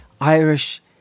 Irish